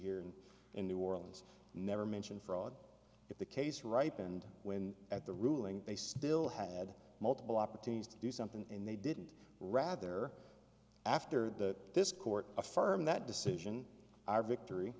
here in new orleans never mentioned fraud if the case ripe and when at the ruling they still had multiple opportunities to do something and they didn't rather after that this court affirmed that decision our victory